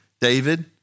David